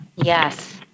Yes